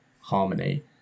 harmony